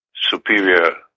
Superior